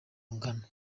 bungana